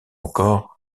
encore